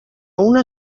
una